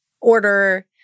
order